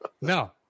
No